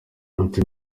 mujya